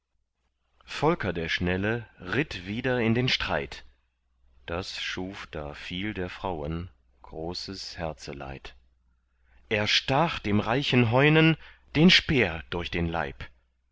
volker der schnelle ritt wieder in den streit das schuf da viel der frauen großes herzeleid er stach dem reichen heunen den speer durch den leib